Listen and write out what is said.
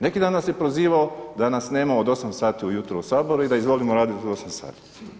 Neki danas je prozivao da nas nema od 8 ujutro u Saboru i da izvolimo raditi od 8 sati.